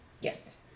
Yes